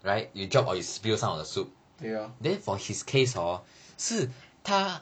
对 lor